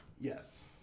Yes